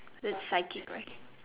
that's psychic right